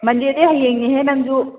ꯃꯣꯟꯗꯦꯗꯤ ꯍꯌꯦꯡꯅꯤꯍꯦ ꯅꯪꯁꯨ